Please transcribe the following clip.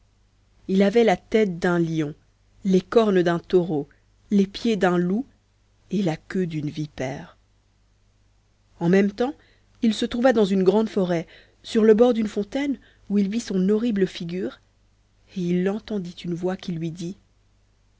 il avait la tête d'un lion les cornes d'un taureau les pieds d'un loup et la queue d'une vipère en même temps il se trouva dans une grande forêt sur le bord d'une fontaine où il vit son horrible figure et il entendit une voix qui lui dit